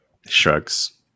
shrugs